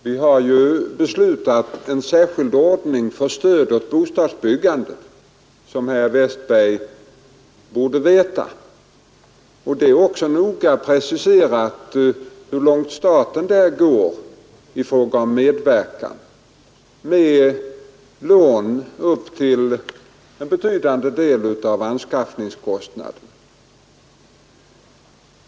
Vi har beslutat en särskild ordning för stöd åt bostadsbyggandet, vilket herr Westberg säkert vet, och det är även noga preciserat hur långt staten där går i fråga om medverkan med lån upp till en betydande del av anskaffningskostnaden.